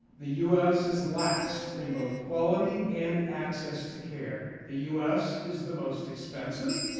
the u s. is last in both quality and access to care. the u s. is the most expensive.